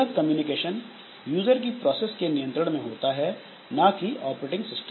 यह communication user की process के नियंत्रण में होता है ना कि ऑपरेटिंग सिस्टम के